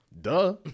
Duh